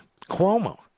Cuomo